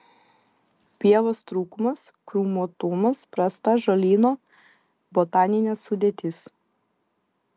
pievos trūkumas krūmuotumas prasta žolyno botaninė sudėtis